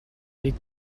est